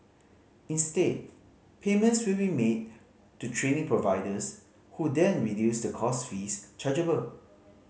instead payments will be made to training providers who then reduce the course fees chargeable